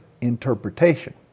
interpretation